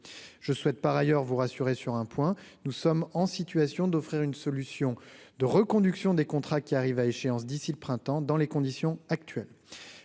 je souhaite par ailleurs vous rassurer sur un point : nous sommes en situation d'offrir une solution de reconduction des contrats qui arrivent à échéance d'ici le printemps dans les conditions actuelles,